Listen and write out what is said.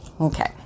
Okay